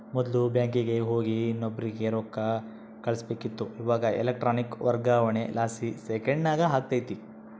ಮೊದ್ಲು ಬ್ಯಾಂಕಿಗೆ ಹೋಗಿ ಇನ್ನೊಬ್ರಿಗೆ ರೊಕ್ಕ ಕಳುಸ್ಬೇಕಿತ್ತು, ಇವಾಗ ಎಲೆಕ್ಟ್ರಾನಿಕ್ ವರ್ಗಾವಣೆಲಾಸಿ ಸೆಕೆಂಡ್ನಾಗ ಆಗ್ತತೆ